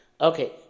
Okay